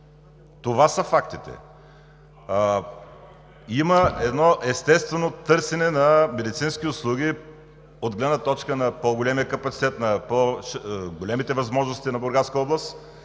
Това са фактите! Има едно естествено търсене на медицински услуги от гледна точка на по-големия капацитет, на по-големите възможности на Бургаска област